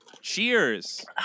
Cheers